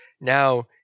now